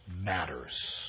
matters